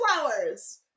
flowers